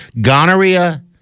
gonorrhea